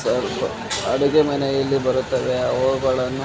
ಅಡುಗೆ ಮನೆಯಲ್ಲಿ ಬರುತ್ತವೆ ಅವುಗಳನ್ನು